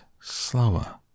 slower